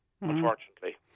unfortunately